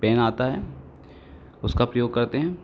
pen आता है उसका प्रयोग करते हैं